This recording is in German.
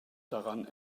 daran